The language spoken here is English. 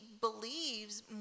believes